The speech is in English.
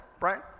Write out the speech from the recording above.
right